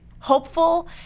hopeful